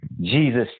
Jesus